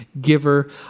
giver